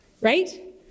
Right